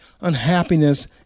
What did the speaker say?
unhappiness